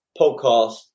podcast